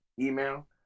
email